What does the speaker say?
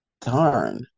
darn